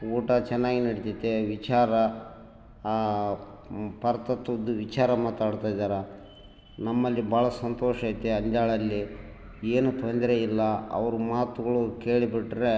ಊಟ ಚೆನ್ನಾಗ್ ನಡೀತೈತೆ ವಿಚಾರ ಪರತತ್ವದ್ದ್ ವಿಚಾರ ಮಾತಾಡ್ತಾ ಇದಾರೆ ನಮ್ಮಲ್ಲಿ ಭಾಳ ಸಂತೋಷ ಐತೆ ಅಂಜಾಳಲ್ಲಿ ಏನು ತೊಂದರೆ ಇಲ್ಲ ಅವ್ರ ಮಾತುಗಳು ಕೇಳಿಬಿಟ್ಟರೆ